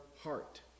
heart